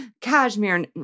cashmere